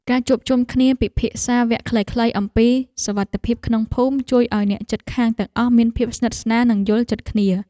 ការជួបជុំគ្នាពិភាក្សាវគ្គខ្លីៗអំពីសុវត្ថិភាពក្នុងភូមិជួយឱ្យអ្នកជិតខាងទាំងអស់មានភាពស្និទ្ធស្នាលនិងយល់ចិត្តគ្នា។